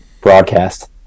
broadcast